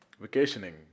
vacationing